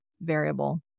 variable